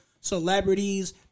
celebrities